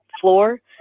floor